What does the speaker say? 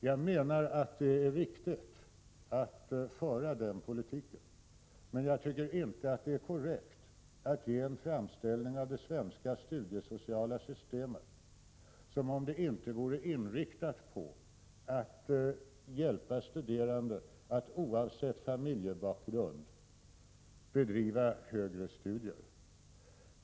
Jag menar att det är viktigt att föra en sådan politik, men jag tycker inte att det är korrekt att framställa det svenska studiesociala systemet som om det inte vore inriktat på att hjälpa studerande att oavsett familjebakgrund bedriva högre studier.